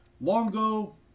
Longo